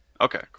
Okay